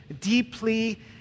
deeply